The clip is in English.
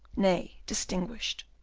nay, distinguished.